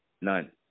None